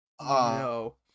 No